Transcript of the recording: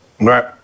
Right